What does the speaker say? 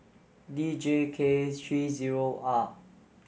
D J K three zero R